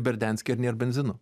berdianske ir nėr benzino